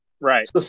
Right